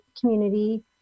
community